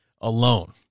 alone